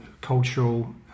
cultural